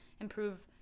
improve